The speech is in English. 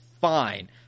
fine